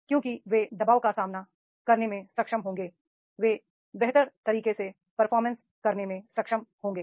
क्योंकि वे दबाव का सामना करने में सक्षम होंगे वे बेहतर तरीके से परफॉर्मेंस करने में सक्षम होंगे